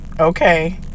okay